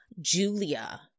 Julia